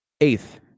Eighth